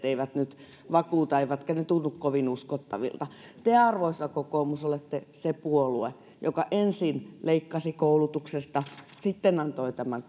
eivät nyt vakuuta eivät ne tunnu kovin uskottavilta te arvoisa kokoomus olette se puolue joka ensin leikkasi koulutuksesta sitten antoi tämän